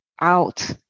out